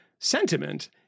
sentiment